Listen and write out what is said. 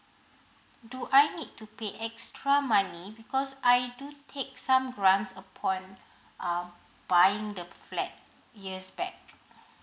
do I need to pay extra money because I do take some grants upon um buying the flat years back